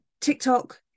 TikTok